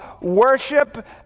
worship